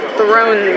thrown